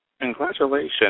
Congratulations